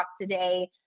today